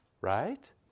Right